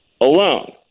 Alone